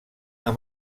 amb